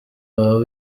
baba